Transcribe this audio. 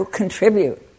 contribute